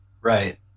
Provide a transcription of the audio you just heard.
Right